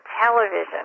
television